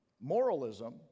Moralism